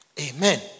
Amen